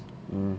mm